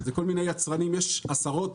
יש עשרות,